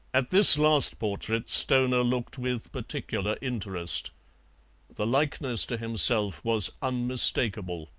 at this last portrait stoner looked with particular interest the likeness to himself was unmistakable.